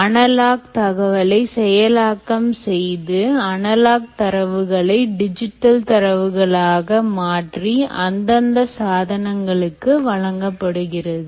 analogue தகவலை செயலாக்கம் செய்து அனலாக் தரவுகளை டிஜிட்டல் தரவுகளாக மாற்றி அந்தந்த சாதனங்களுக்கு வழங்கப்படுகிறது